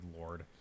Lord